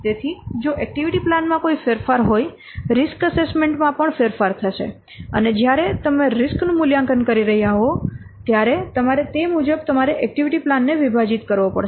તેથી જો activity plan માં કોઈ ફેરફાર હોય રીસ્ક એસેસમેન્ટ માં પણ ફેરફાર થશે અને જ્યારે તમે રીસ્ક નું મૂલ્યાંકન કરી રહ્યા હો ત્યારે તમારે તે મુજબ તમારે એક્ટિવિટી પ્લાન ને વિભાજીત કરવો પડશે